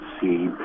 see